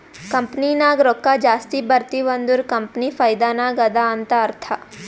company ನಾಗ್ ರೊಕ್ಕಾ ಜಾಸ್ತಿ ಬರ್ತಿವ್ ಅಂದುರ್ ಕಂಪನಿ ಫೈದಾ ನಾಗ್ ಅದಾ ಅಂತ್ ಅರ್ಥಾ